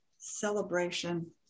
celebration